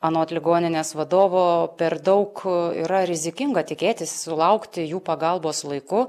anot ligoninės vadovo per daug yra rizikinga tikėtis sulaukti jų pagalbos laiku